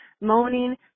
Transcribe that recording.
moaning